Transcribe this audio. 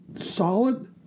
solid